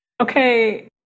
okay